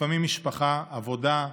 לפעמים משפחה, עבודה,